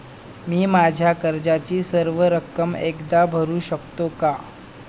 मी माझ्या कर्जाची सर्व रक्कम एकदा भरू शकतो का?